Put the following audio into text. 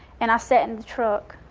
and i sat in the truck.